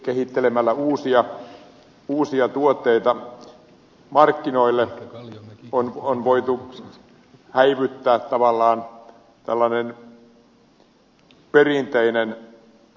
kehittelemällä uusia tuotteita markkinoille on voitu tavallaan häivyttää perinteinen pankin riski